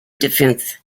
defense